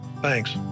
Thanks